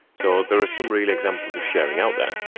so there are some real examples of sharing out there,